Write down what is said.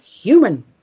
human